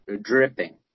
Dripping